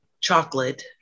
chocolate